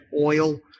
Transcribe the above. oil